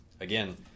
again